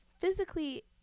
physically